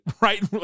right